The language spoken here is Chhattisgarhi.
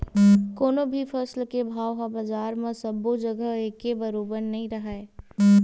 कोनो भी फसल के भाव ह बजार म सबो जघा एके बरोबर नइ राहय